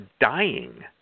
dying